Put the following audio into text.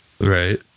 Right